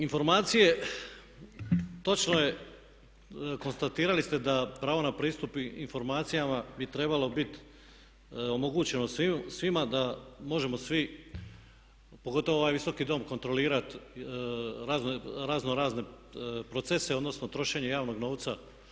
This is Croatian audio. Informacije, točno je, konstatirali ste da pravo na pristup informacijama bi trebalo biti omogućeno svima da možemo svi pogotovo ovaj Visoki Dom kontrolirat razno razne procese odnosno trošenje javnog novca.